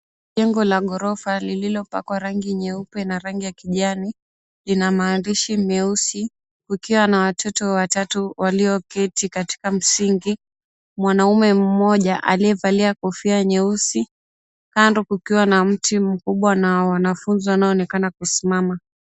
Jengo la ghorofa lililopakwa rangi nyeupe na rangi ya kijani, lina maandishi meusi kukiwa na watoto watatu walioketi katika msingi. Mwanamume mmoja aliyevalia kofia nyeusi, kando kukiwa na mti mkubwa na wanafunzi wanaoonekana kusimama.